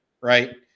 right